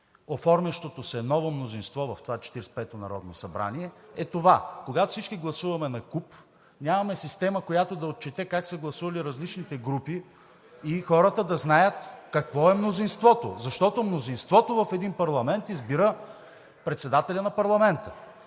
оформящото се ново мнозинство в това Четиридесет и пето народно събрание, е това – когато всички гласуваме накуп, нямаме система, която да отчете как са гласували различните групи, и хората да знаят какво е мнозинството. Защото мнозинството в един парламент избира председателя на парламента.